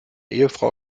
ehefrau